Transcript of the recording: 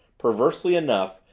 perversely enough,